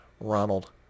Ronald